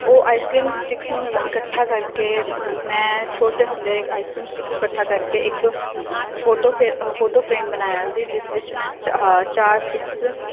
ਉਹ ice cream sticks ਨੂੰ ਇਕੱਠਾ ਕਰਕੇ ਮੈਂ ਛੋਟੇ ਹੁੰਦੇ ਆਈਸਕ੍ਰੀਮ ਸਟਿਕਸ ਨੂੰ ਇਕੱਠਾ ਕਰਕੇ ਇੱਕ ਫੋਟੋ ਫਰੇ ਫੋਟੇ ਫਰੇਮ ਬਣਾਇਆ ਸੀ ਜਿਸ ਵਿੱਚ ਮੈਂ ਚ ਆਹ ਚਾਰ ਸਟਿੱਕਸ